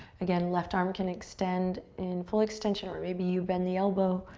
again, left arm can extend in full extension, or maybe you bend the elbow,